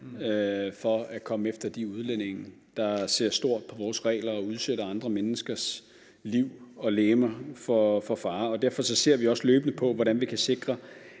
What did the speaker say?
for at komme efter de udlændinge, der ser stort på vores regler og udsætter andre menneskers liv og legeme for fare. Derfor ser vi også løbende på, hvordan vi kan sikre,